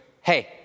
hey